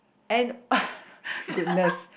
and goodness